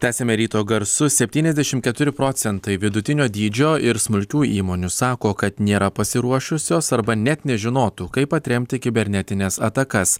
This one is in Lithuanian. tęsiame ryto garsus septyniasdešim keturi procentai vidutinio dydžio ir smulkių įmonių sako kad nėra pasiruošusios arba net nežinotų kaip atremti kibernetines atakas